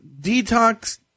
detox –